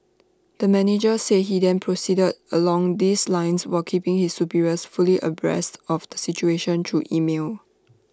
the manager said he then proceeded along these lines while keeping his superiors fully abreast of the situation through email